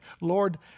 Lord